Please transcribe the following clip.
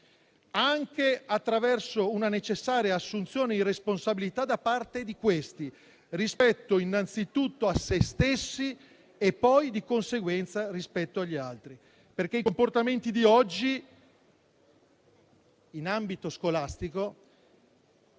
anche attraverso una necessaria assunzione di responsabilità da parte di questi, rispetto innanzitutto a se stessi e poi, di conseguenza, rispetto agli altri. I comportamenti di oggi in ambito scolastico